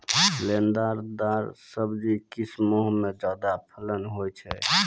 लतेदार दार सब्जी किस माह मे अच्छा फलन होय छै?